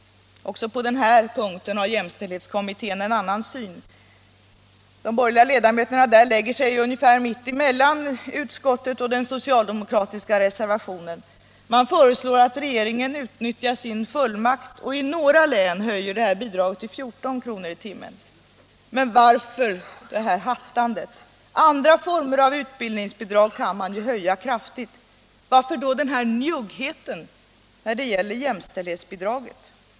Också på den punkten har jämställdhetskommittén en annan syn. De borgerliga ledamöterna av kommittén lägger sig ungefär mitt emellan utskottets skrivning och den socialdemokratiska reservationen. Man föreslår att regeringen utnyttjar sin fullmakt och i några län höjer bidraget till 14 kr. i timmen. Men varför det här hattandet? Andra utbildningsbidrag kan man ju höja kraftigt. Varför då den här njuggheten när det gäller jämställdhetsbidraget?